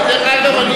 דרך אגב,